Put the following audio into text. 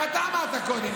גם אתה אמרת קודם.